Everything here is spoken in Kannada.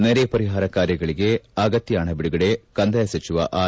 ನೆರೆ ಪರಿಹಾರ ಕಾರ್ಯಗಳಿಗೆ ಅಗತ್ಯ ಪಣ ಬಿಡುಗಡೆ ಕಂದಾಯ ಸಚಿವ ಆರ್